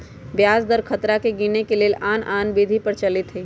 ब्याज दर खतरा के गिनेए के लेल आन आन विधि प्रचलित हइ